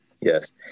Yes